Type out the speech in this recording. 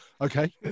Okay